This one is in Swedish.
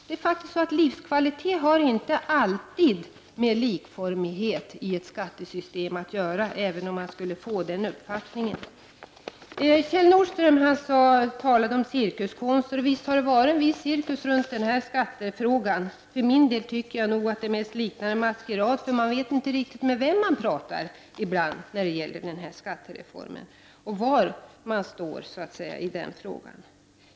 Men livskvalitet har faktiskt inte alltid med likformigheten i ett skattesystem att göra — även om man skulle kunna få den uppfattningen. Dessutom talade Kjell Nordström om cirkuskonster, och visst har det varit en viss cirkus kring skattefrågan! Jag för min del tycker nog att det här mest liknar en maskerad. Man vet ju inte alltid riktigt vem det är man talar med eller var andra står i fråga om den här skattereformen.